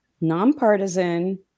nonpartisan